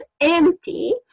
empty